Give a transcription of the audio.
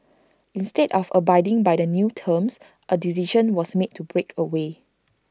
instead of abiding by the new terms A decision was made to break away